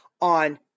on